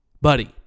buddy